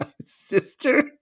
sister